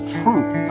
truth